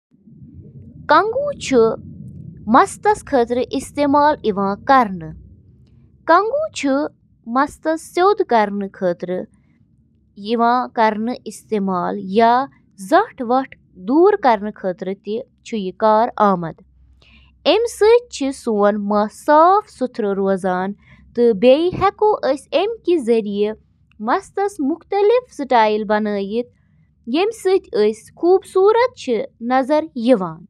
سائیکلٕک اَہَم جُز تہٕ تِم کِتھ کٔنۍ چھِ اِکہٕ وٹہٕ کٲم کران تِمَن منٛز چھِ drive train, crank set, bottom bracket, brakes, wheel تہٕ ٹائر تہٕ باقی۔